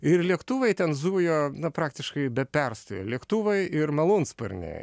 ir lėktuvai ten zujo praktiškai be perstojo lėktuvai ir malūnsparniai